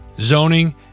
zoning